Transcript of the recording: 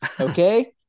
Okay